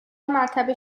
مرتبه